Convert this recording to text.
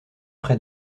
près